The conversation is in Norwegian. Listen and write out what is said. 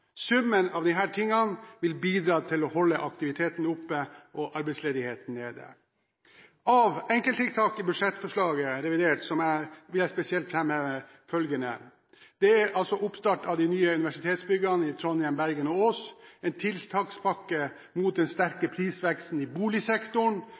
vil bidra til å holde aktiviteten oppe og arbeidsledigheten nede. Av enkelttiltak i budsjettforslaget i revidert som jeg spesielt vil framheve, er oppstart av de nye universitetsbyggene i Trondheim, Bergen og på Ås tiltakspakke mot den